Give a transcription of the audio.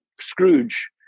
Scrooge